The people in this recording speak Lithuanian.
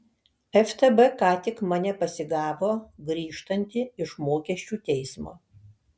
ftb ką tik mane pasigavo grįžtantį iš mokesčių teismo